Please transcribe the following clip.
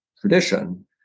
tradition